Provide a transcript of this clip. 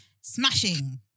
Smashing